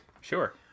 Sure